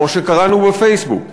כמו שקראנו בפייסבוק,